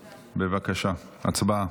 בבקשה, הצבעה.